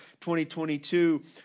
2022